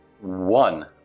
One